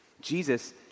Jesus